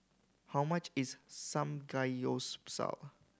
how much is Samgyeopsal